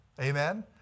Amen